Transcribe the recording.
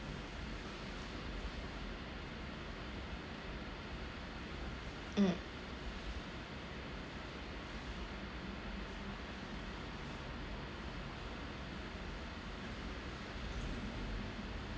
mm